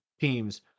teams